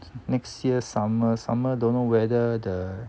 next year summer summer don't know whether the